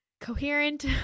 coherent